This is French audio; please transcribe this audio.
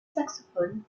saxophone